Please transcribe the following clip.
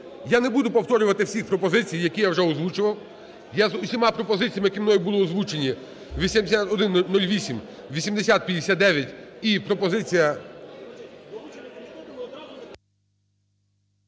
Я не буду повторювати всі пропозиції, які я вже озвучував. Я з усіма пропозиціями, які мною були озвучені, 8108, 8059 і пропозиція…